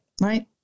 right